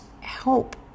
help